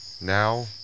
now